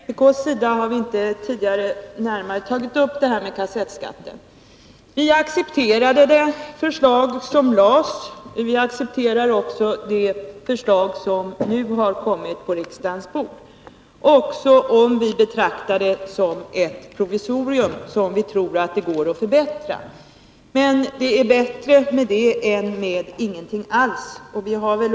Herr talman! Vi från vpk har inte tidigare närmare tagit upp kassettskatten. Vi accepterade det ursprungliga förslaget, och vi accepterar också det förslag som nu har kommit på riksdagens bord, även om vi betraktar det såsom ett provisorium som vi tror går att förbättra. Men det är bättre med detta förslag än med ingenting alls.